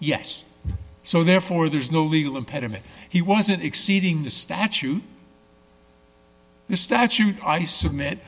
yes so therefore there is no legal impediment he wasn't exceeding the statute the statute i submit